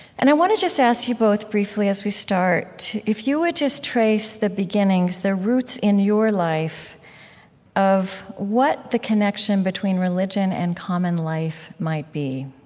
and i want to just ask you both briefly as we start if you would just trace the beginnings, the roots in your life of what the connection between religion and common life might be.